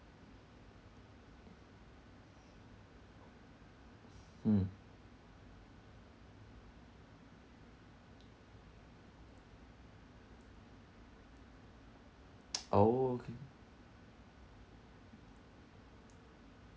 mm oh okay